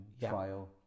trial